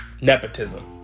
nepotism